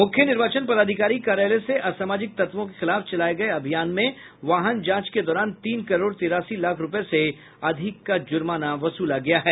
मुख्य निर्वाचन पदाधिकारी कार्यालय से असामाजिक तत्वों के खिलाफ चलाये गये अभियान में वाहन जांच के दौरान तीन करोड़ तिरासी लाख रूपये से अधिक का जुर्माना वसूला गया है